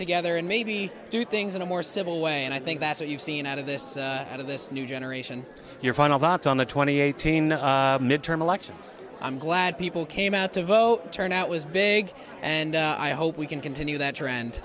together and maybe do things in a more civil way and i think that's what you've seen out of this out of this new generation your final thoughts on the twenty eighteen midterm elections i'm glad people came out to vote turnout was big and i hope we can continue that trend